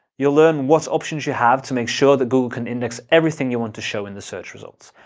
you'll learn what options you have to make sure that google can index everything you want to show in the search results.